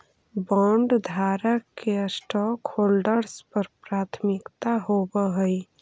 बॉन्डधारक के स्टॉकहोल्डर्स पर प्राथमिकता होवऽ हई